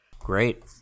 great